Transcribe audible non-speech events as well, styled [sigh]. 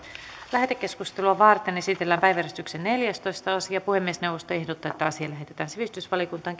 lähetekeskustelua varten esitellään päiväjärjestyksen neljästoista asia puhemiesneuvosto ehdottaa että asia lähetetään sivistysvaliokuntaan [unintelligible]